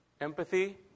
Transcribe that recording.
Empathy